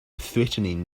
threatening